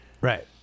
right